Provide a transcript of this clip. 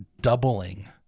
doubling